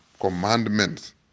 commandments